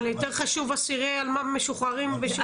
אבל יותר חשוב זה אסירי אלמ"ב משוחררים בשחרור מינהלי.